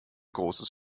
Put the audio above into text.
großes